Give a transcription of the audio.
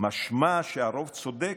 משמע שהרוב צודק,